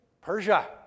Persia